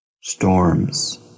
storms